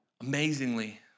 amazingly